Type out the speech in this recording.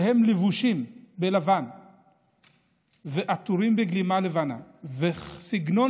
שלבושים בלבן ועטורים בגלימה לבנה וסגנון